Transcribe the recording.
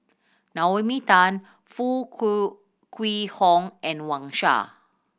Naomi Tan Foo Kwee Horng and Wang Sha